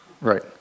right